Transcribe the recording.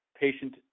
patient